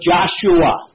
Joshua